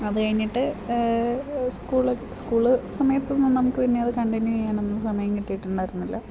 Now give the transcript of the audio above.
അത് കഴിഞ്ഞിട്ട് school school സമയത്തൊന്നും നമുക്ക് പിന്നെ അത് കണ്ടിന്യൂ ചെയ്യാനൊന്നും സമയം കിട്ടിയിട്ടുണ്ടായിരുന്നില്ല